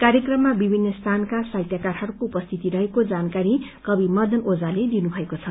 कार्यक्रममा विभित्र स्थानका साहित्यकारहरूको उपस्थिति रहेको जानकारी कवि मदन ओझाले दिनुभएको छ